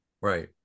Right